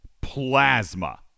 plasma